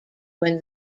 when